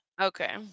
Okay